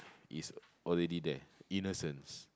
is already there innocence